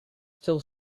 still